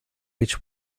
which